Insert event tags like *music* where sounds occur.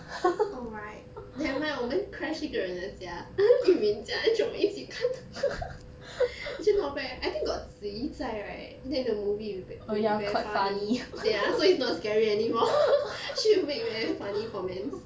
oh right never mind 我们 crash 一个人的家 *laughs* yu min 家 then 全部一起看 *laughs* actually not bad eh I think got zi yi 在 right then the movie will be~ will be very funny ya so is not scary anymore *laughs* she'll make very funny comments